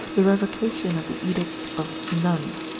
the revocation of the edict of nantes,